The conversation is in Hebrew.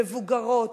מבוגרות,